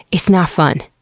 it's not fun.